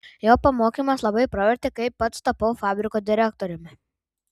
jo pamokymas labai pravertė kai pats tapau fabriko direktoriumi